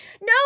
No